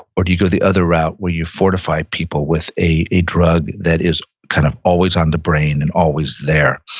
or do you go the other route where you fortify people with a a drug that is kind of always on the brain and always there?